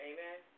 Amen